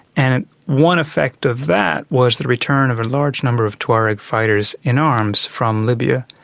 and one effect of that was the return of a large number of tuareg fighters in arms from libya.